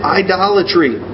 idolatry